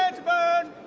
burn